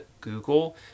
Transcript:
Google